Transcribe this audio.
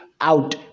out